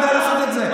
יודע לעשות את זה.